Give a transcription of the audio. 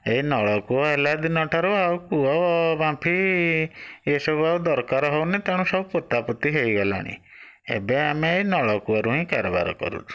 ଏଇ ନଳକୂଅ ହେଲା ଦିନଠାରୁ ଆଉ କୂଅ ବାମ୍ଫି ଏ ସବୁ ଆଉ ଦରକାର ହେଉନି ତେଣୁ ସବୁ ପୋତାପୋତି ହେଇଗଲାଣି ଏବେ ଆମେ ଏଇ ନଳକୂଅରୁ ହିଁ କାରବାର କରୁଛୁ